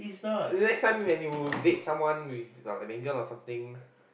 next time when you date someone with like Megan or something